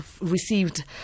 received